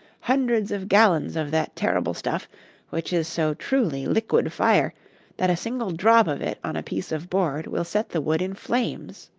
hundreds of gallons of that terrible stuff which is so truly liquid fire that a single drop of it on a piece of board will set the wood in flames.